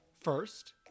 First